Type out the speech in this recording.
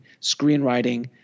screenwriting